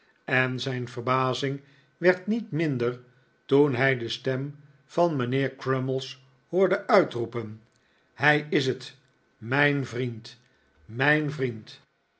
en zijn verbazing werd niet minder toen hij de stem van mijnheer crummies hoorde uitroepen hij is het mijn vriend mijn vriend